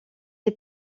est